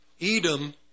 Edom